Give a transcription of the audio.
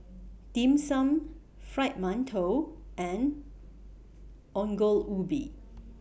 Dim Sum Fried mantou and Ongol Ubi